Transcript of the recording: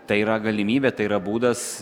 tai yra galimybė tai yra būdas